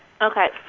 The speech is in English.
okay